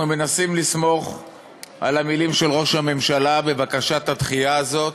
אנחנו מנסים לסמוך על המילים של ראש הממשלה בבקשת הדחייה הזאת.